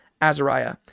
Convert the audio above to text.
Azariah